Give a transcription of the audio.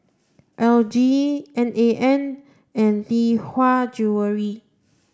L G N A N and Lee Hwa Jewellery